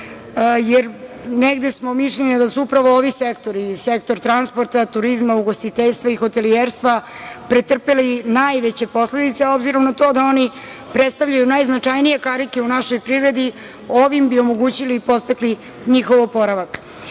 jer negde smo mišljenja da su upravo ovi sektori, sektor transporta, turizma, ugostiteljstva i hotelijerstva pretrpeli najveće posledice, a obzirom na to da oni predstavljaju najznačajnije karike u našoj privredi, ovim bi omogućili i podstakli njihov oporavak. Kada